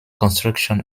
construction